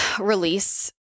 release